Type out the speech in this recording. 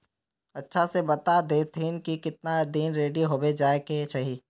अच्छा से बता देतहिन की कीतना दिन रेडी होबे जाय के चही?